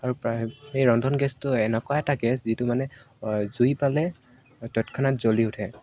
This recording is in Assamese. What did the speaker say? আৰু প্ৰায় সেই ৰন্ধন গেছটো এনেকুৱা এটা গেছ যিটো মানে জুই পালে তৎক্ষণাত জ্বলি উঠে